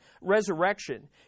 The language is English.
resurrection